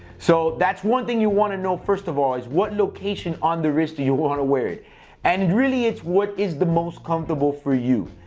so that's one thing you want to know, first of all, is what location on the wrist do you want to wear and really it's what is the most comfortable for you.